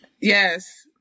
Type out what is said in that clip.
Yes